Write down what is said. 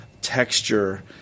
texture